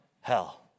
hell